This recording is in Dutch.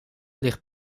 ligt